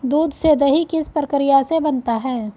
दूध से दही किस प्रक्रिया से बनता है?